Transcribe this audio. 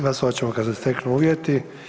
Glasovat ćemo kada se steknu uvjeti.